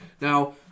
Now